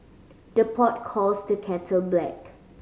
the pot calls the kettle black